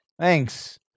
Thanks